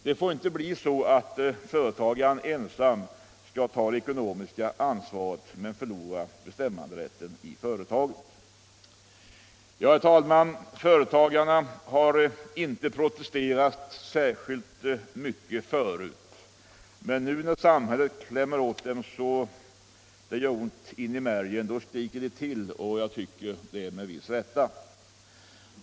Det får inte bli så att företagaren ensam skall ta det ekonomiska ansvaret men förlorar bestämmanderätten i företaget. Ja, herr talman, företagarna har inte protesterat särskilt mycket förut, men nu när samhället klämmer åt dem så att det gör ont i märgen skriker de till, och jag tycker att det är med viss rätt.